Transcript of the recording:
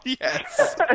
Yes